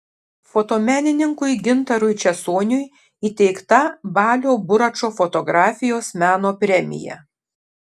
fotomenininkui gintarui česoniui įteikta balio buračo fotografijos meno premija